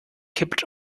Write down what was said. kippt